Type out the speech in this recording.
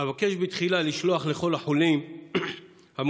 אבקש בתחילה לשלוח לכל החולים המאושפזים